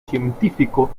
científico